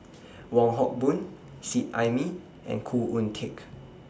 Wong Hock Boon Seet Ai Mee and Khoo Oon Teik